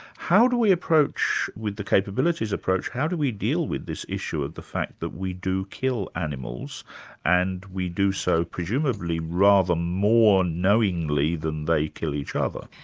how do we approach with the capabilities approach, how do we deal with this issue of the fact that we do kill animals and we do so presumably rather more knowingly than they kill each other?